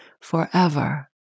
forever